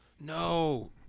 No